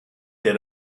der